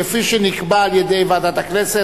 כפי שנקבע על-ידי ועדת הכנסת,